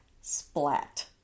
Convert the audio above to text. splat